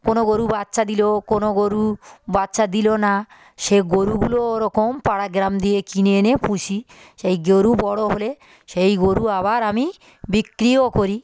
কোনো গরু বাচ্চা দিলো কোনো গরু বাচ্চা দিলো না সে গরুগুলো ওরকম পাড়া গ্রাম দিয়ে কিনে এনে পুষি সেই গরু বড়ো হলে সেই গরু আবার আমি বিক্রিও করি